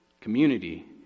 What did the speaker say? Community